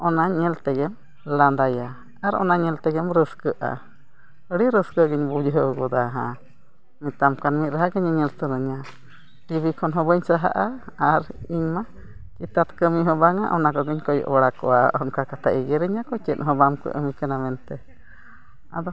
ᱚᱱᱟ ᱧᱮᱞ ᱛᱮᱜᱮᱢ ᱞᱟᱫᱟᱸᱭᱟ ᱟᱨ ᱚᱱᱟ ᱧᱮᱞ ᱛᱮᱜᱮᱢ ᱨᱟᱹᱥᱠᱟᱹᱜᱼᱟ ᱟᱹᱰᱤ ᱨᱟᱹᱥᱠᱟᱹ ᱜᱮᱧ ᱵᱩᱡᱷᱟᱹᱣ ᱜᱚᱫᱟ ᱦᱚᱸ ᱢᱮᱛᱟᱢ ᱠᱟᱱ ᱢᱮᱫᱦᱟ ᱜᱮ ᱧᱮᱧᱮᱞ ᱥᱟᱱᱟᱧᱟ ᱴᱤᱵᱷᱤ ᱠᱷᱚᱱ ᱦᱚᱸ ᱵᱟᱹᱧ ᱥᱟᱦᱟᱜᱼᱟ ᱟᱨ ᱤᱧᱢᱟ ᱪᱮᱛᱟᱛ ᱠᱟᱹᱢᱤ ᱦᱚᱸ ᱵᱟᱝᱟ ᱚᱱᱟ ᱠᱚᱜᱮᱧ ᱠᱚᱭᱚᱜ ᱵᱟᱲᱟ ᱠᱚᱣᱟ ᱚᱱᱠᱟ ᱠᱟᱛᱮᱫ ᱮᱜᱮᱨᱤᱧᱟᱹ ᱠᱚ ᱪᱮᱫ ᱦᱚᱸ ᱵᱟᱢ ᱠᱟᱹᱢᱤ ᱠᱟᱱᱟ ᱢᱮᱱᱛᱮᱫ ᱟᱫᱚ